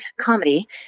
Comedy